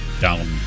down